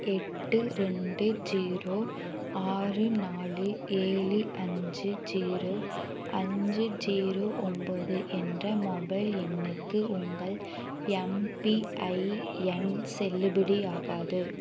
எட்டு ரெண்டு ஜீரோ ஆறு நாலு ஏழு அஞ்சு ஜீரோ அஞ்சு ஜீரோ ஒன்போது என்ற மொபைல் எண்ணுக்கு உங்கள் எம்பிஐஎன் செல்லுபடியாகாது